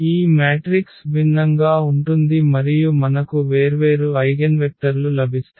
ఈ మ్యాట్రిక్స్ భిన్నంగా ఉంటుంది మరియు మనకు వేర్వేరు ఐగెన్వెక్టర్లు లభిస్తాయి